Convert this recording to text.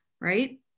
right